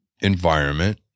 environment